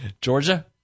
Georgia